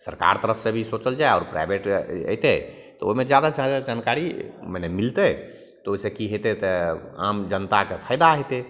सरकार तरफसे भी सोचल जाए आओर प्राइवेट अएतै तऽ ओहिमे जादासे जादा जानकारी मने मिलतै तऽ ओहिसे कि हेतै तऽ आम जनताके फायदा हेतै